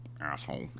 asshole